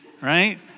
right